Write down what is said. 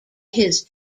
his